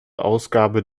ausgabe